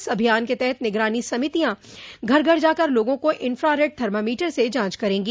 इस अभियान के तहत निगरानी समितियां घर घर जाकर लोगों का इंफ्रारेड थर्मामीटर से जांच करेंगी